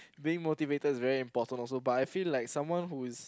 being motivated is very important also but I feel like someone who is